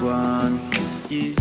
one